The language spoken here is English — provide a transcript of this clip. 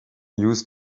used